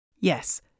Yes